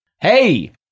hey